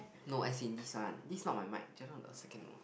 no as in this one this is not my mic just now the second one